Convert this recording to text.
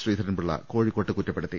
ശ്രീധരൻപിള്ള കോഴിക്കോട്ട് കുറ്റപ്പെടുത്തി